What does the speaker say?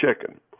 chicken